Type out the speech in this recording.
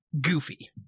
goofy